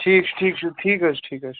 ٹھیٖک چھُ ٹھیٖک چھُ ٹھیٖک حظ ٹھیٖک حظ چھِ